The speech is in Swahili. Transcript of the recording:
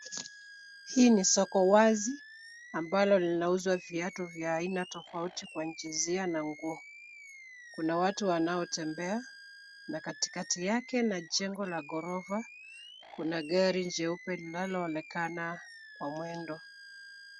Hii ni soko wazi ambalo linauza viatu vya aina tofauti kwa jinsia na nguo. Kuna watu wanaotembea na katikati yake na jengo la ghorofa kuna gari jeupe linaloonekana kwa mwendo.